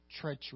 treacherous